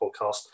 podcast